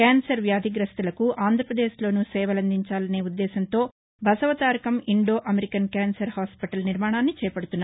cancer వ్యాధిగ్రస్తులకు ఆంధ్రప్రదేశ్లోనూ సేవలందించాలనే ఉద్దేశంతో Basavatarakam Indo American cancer hospital నిర్మాణాన్ని చేపడుతున్నారు